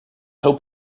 hope